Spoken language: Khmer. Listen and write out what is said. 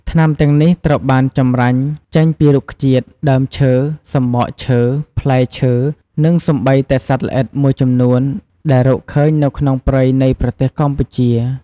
ថ្នាំទាំងនេះត្រូវបានចម្រាញ់ចេញពីរុក្ខជាតិ ដើមឈើ សំបកឈើ ផ្លែឈើ និងសូម្បីតែសត្វល្អិតមួយចំនួនដែលរកឃើញនៅក្នុងព្រៃនៃប្រទេសកម្ពុជា។